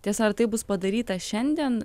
tiesa ar tai bus padaryta šiandien